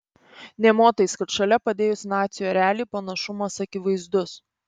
nė motais kad šalia padėjus nacių erelį panašumas akivaizdus